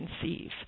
conceive